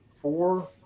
Four